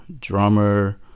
drummer